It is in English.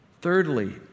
Thirdly